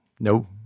No